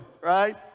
right